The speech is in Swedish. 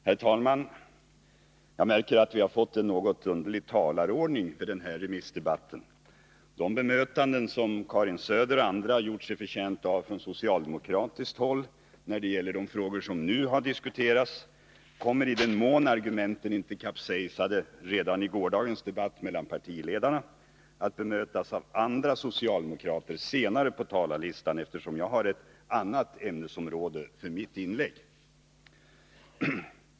Herr talman! Jag märker att vi har fått en något underlig talarordning vid den här remissdebatten. De bemötanden som Karin Söder och andra gjort sig förtjänta av från socialdemokratiskt håll när det gäller de frågor som nu har diskuterats kommer, i den mån argumenten inte kapsejsade redan i gårdagens debatt mellan partiledarna, att senare bemötas av andra socialdemokrater längre ner på talarlistan, eftersom jag har ett annat ämnesområde för mitt inlägg.